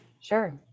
Sure